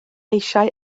eisiau